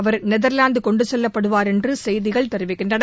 அவர் Netherlands கொண்டு செல்லப்படுவார் என்று செய்திகள் தெரிவிக்கின்றன